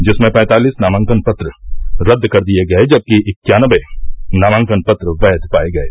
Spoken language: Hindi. जिसमें पैंतालिस नामांकन पत्र रद्द कर दिये गये जबकि इक्यानवे नामांकन पत्र वैघ पाये गये